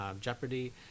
jeopardy